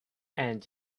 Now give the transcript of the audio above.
and